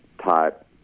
type